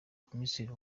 komiseri